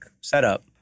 setup